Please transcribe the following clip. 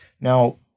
Now